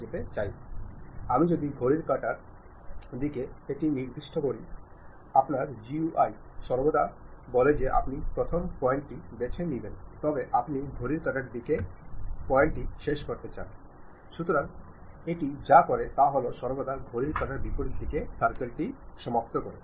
ചിലപ്പോൾ ഇത് നെഗറ്റീവ് ആയിരിക്കില്ല കാരണം നിങ്ങൾക്ക് നിരവധി മാനേജർമാരെ അറിയാം പല എക്സിക്യൂട്ടീവുകളും അവർ കൂടുതൽ അധ്വാനം നടത്തുകയും നാഴികകൾ പിന്നിടുകയും ചെയ്യുന്നു അവർക്ക് അവരുടെ നിർദ്ദിഷ്ട പദങ്ങൾക്ക് ഉപയോഗിക്കാൻ കഴിയുന്ന ചില വിവരങ്ങൾ ഗ്രേപ്പ്വൈൻ ലൂടെ ബുദ്ധിപരമായി ശേഖരിക്കാൻ ശ്രമിക്കാറുണ്ട്